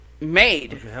made